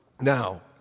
Now